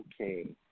Okay